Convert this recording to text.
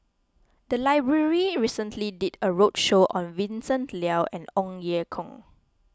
the library recently did a roadshow on Vincent Leow and Ong Ye Kung